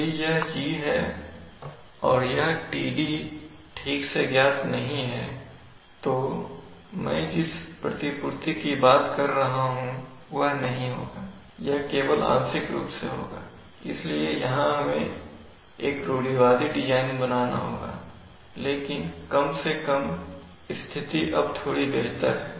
यदि यह G और यह Td ठीक से ज्ञात नहीं है तो मैं जिस प्रतिपूर्ति की बात कर रहा हूं वह नहीं होगा यह केवल आंशिक रूप से होगा इसलिए यहां भी हमें एक रूढ़िवादी डिजाइन बनाना होगा लेकिन कम से कम स्थिति अब थोड़ी बेहतर है